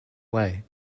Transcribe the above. way